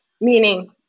meaning